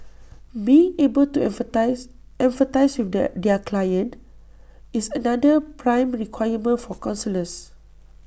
being able to empathise empathise with their their clients is another prime requirement for counsellors